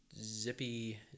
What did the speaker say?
zippy